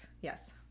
Yes